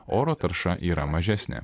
oro tarša yra mažesnė